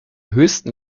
höchsten